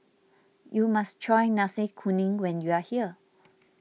you must try Nasi Kuning when you are here